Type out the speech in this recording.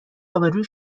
آبروی